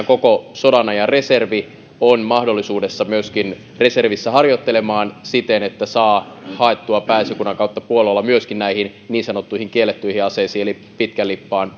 koko sodanajan reservillä on mahdollisuus myöskin reservissä harjoitella siten että saadaan haettua lupia pääesikunnan kautta puollolla myöskin näihin niin sanottuihin kiellettyihin aseisiin eli pitkän lippaan